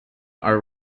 are